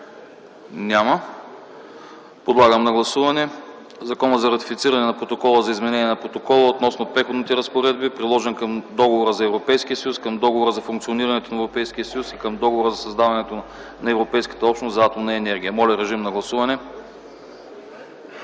Няма. Подлагам на гласуване Закона за ратифициране на Протокола за изменение на Протокола относно Преходните разпоредби, приложен към Договора за Европейския съюз, към Договора за функционирането на Европейския съюз и към Договора за създаване на Европейската общност за атомна енергия. Гласували